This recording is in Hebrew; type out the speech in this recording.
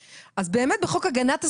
בחוק הגנת השכר,